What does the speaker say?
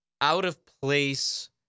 out-of-place